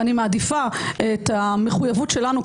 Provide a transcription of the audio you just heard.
ואני מעדיפה את המחויבות שלנו,